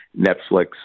Netflix